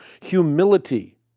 humility